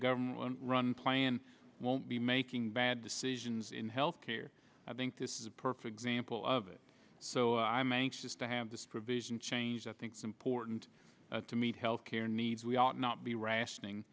government run plan won't be making bad decisions in health care i think this is a perfect example of it so i'm anxious to have this provision changed i think it's important to meet health care needs we ought not be rationing